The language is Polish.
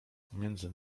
pomiędzy